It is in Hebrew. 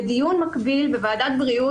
בדיון מקביל בוועדת הבריאות,